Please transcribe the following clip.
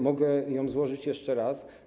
Mogę ją złożyć jeszcze raz.